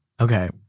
Okay